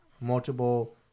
multiple